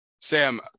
Sam